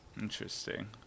Interesting